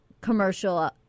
commercial